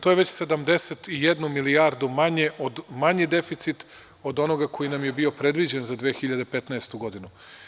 To je već 71 milijardu manji deficit od onoga koji nam je bio predviđen za 2015. godinu.